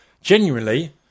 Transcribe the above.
genuinely